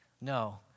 No